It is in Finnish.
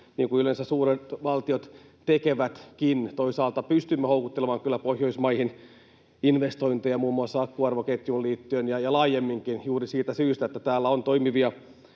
niin kuin yleensä suuret valtiot tekevätkin. Toisaalta pystymme houkuttelemaan kyllä Pohjoismaihin investointeja muun muassa akkuarvoketjuun liittyen ja laajemminkin juuri siitä syystä, että täällä on toimivia